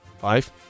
Five